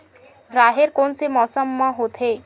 राहेर कोन मौसम मा होथे?